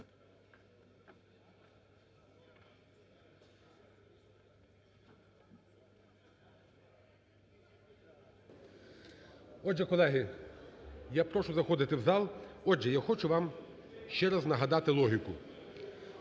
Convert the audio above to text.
Отже, колеги, я прошу заходити в зал. Отже, я хочу вам ще раз нагадати логіку.